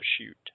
shoot